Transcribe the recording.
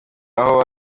aho